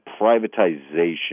privatization